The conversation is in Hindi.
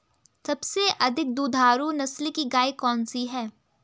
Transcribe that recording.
सबसे अधिक दुधारू नस्ल की गाय कौन सी है?